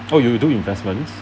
oh you do investment